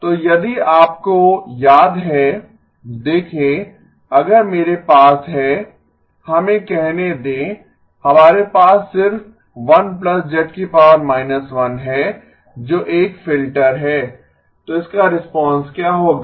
तो यदि आपको याद है देखें अगर मेरे पास है हमें कहने दें हमारे पास सिर्फ 1 z 1 है जो एक फिल्टर है तो इसका रिस्पांस क्या होगा